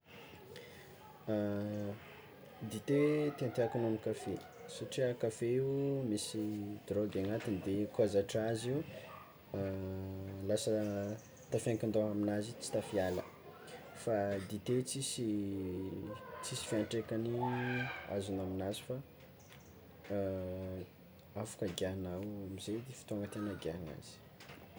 Dite tiàtiàko noho ny kafe satria kafe io misy drôgy agnatiny de koa zatra azy io lasa tafiankin-doha aminazy tsy tafiala fa dite tsisy fiantraikany azonao aminazy fa afaka giahanao amze fotoagna tiàna higiahana azy.